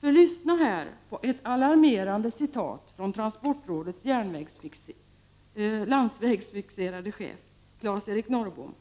Lyssa här på ett alarmerande citat från transportrådets landsvägsfixerade chef, Claes-Eric Norrbom!